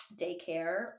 daycare